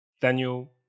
Daniel